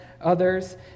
others